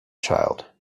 child